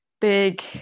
big